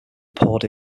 poured